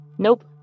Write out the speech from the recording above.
Nope